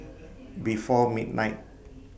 before midnight